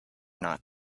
not